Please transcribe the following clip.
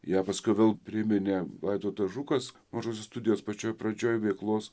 ją paskui vėl priminė vaidotas žukas mažosios studijos pačioj pradžioj veiklos